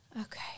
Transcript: Okay